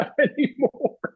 anymore